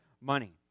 money